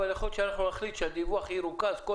אבל יכול להיות שנחליט שהדיווח ירוכז כל